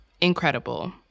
incredible